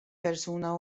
persuna